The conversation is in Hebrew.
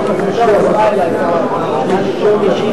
חבר הכנסת מוחמד ברכה.